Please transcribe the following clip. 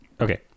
Okay